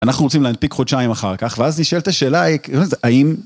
אנחנו רוצים להנפיק חודשיים אחר כך, ואז נשאלת שאלה, האם...